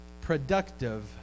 productive